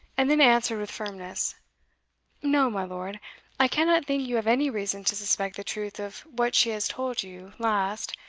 and then answered with firmness no, my lord i cannot think you have any reason to suspect the truth of what she has told you last,